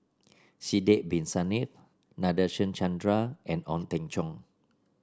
Sidek Bin Saniff Nadasen Chandra and Ong Teng Cheong